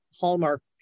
hallmark